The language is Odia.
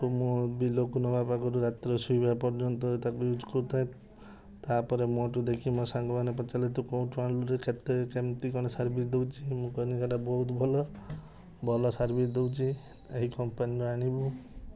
ତାକୁ ମୁଁ ବିଲକୁ ନେବା ପାଖରୁ ରାତିରେ ଶୋଇବା ପର୍ଯ୍ୟନ୍ତ ତାକୁ ୟୁଜ କରୁଥାଏ ତାପରେ ମୋଠୁ ଦେଖି ମୋ ସାଙ୍ଗ ମାନେ ପଚାରିଲେ ତୁ କେଉଁଠୁ ଆଣିଲୁରେ କେତେ କେମିତି କ'ଣ ସାର୍ଭିସ ଦଉଛି ମୁଁ କହିଲି ସେଇଟା ବହୁତ ଭଲ ଭଲ ସାର୍ଭିସ ଦଉଛି ଏଇ କମ୍ପାନୀର ଆଣିବୁ